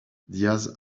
díaz